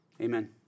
Amen